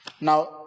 Now